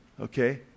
Okay